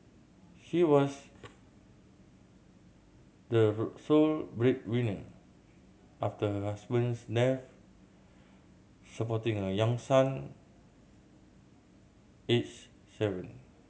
she was the sole breadwinner after husband's death supporting a young son aged seven